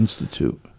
Institute